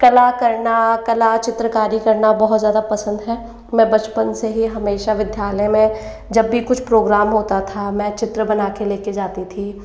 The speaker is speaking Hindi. कला करना कला चित्रकारी करना बहुत ज्यादा पसन्द है मैं बचपन से ही हमेशा विद्यालय में जब भी कुछ प्रोग्राम होता था मैं चित्र बना के लेकर जाती थी